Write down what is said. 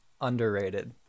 underrated